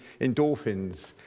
endorphins